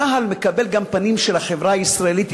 צה"ל מקבל גם פנים של החברה הישראלית,